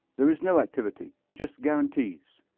there is no activity, just guarantees.